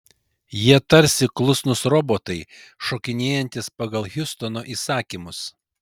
jie tarsi klusnūs robotai šokinėjantys pagal hiustono įsakymus